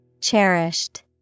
Cherished